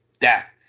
death